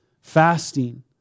fasting